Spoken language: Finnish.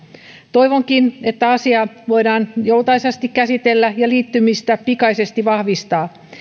toivonkin että asia voidaan joutuisasti käsitellä ja liittyminen pikaisesti vahvistaa